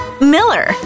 Miller